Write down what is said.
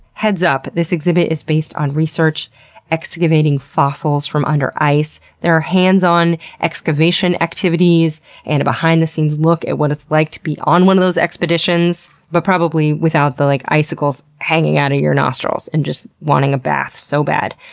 heads up, this exhibit is based on research excavating fossils from under ice. there are hands-on excavation activities and a behind-the-scenes look at what it's like to be on one of those expeditions, but probably without the like icicles hanging out of your nostrils and just wanting a bath so bad.